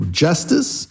justice